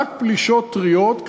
רק פלישות טריות,